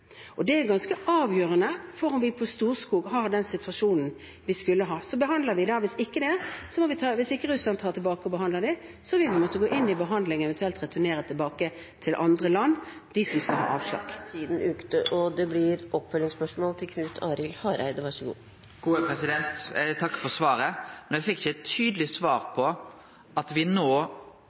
og det er ganske avgjørende for om vi på Storskog har den situasjonen vi skal ha. Hvis ikke russerne tar tilbake og behandler dem, må vi gå inn i behandlingen og eventuelt returnere tilbake til andre land. Eg vil takke for svaret, men eg fekk ikkje eit tydeleg svar på om me no ikkje bryt med Noregs internasjonale forpliktingar og